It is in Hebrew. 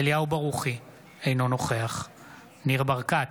אליהו ברוכי, אינו נוכח ניר ברקת,